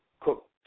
cook